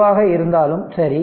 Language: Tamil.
எதுவாக இருந்தாலும் சரி